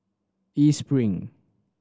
East Spring